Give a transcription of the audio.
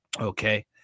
Okay